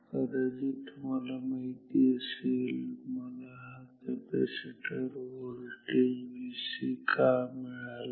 कदाचित तुम्हाला माहित असेल मला हा कॅपॅसिटर व्होल्टेज Vc का मिळाला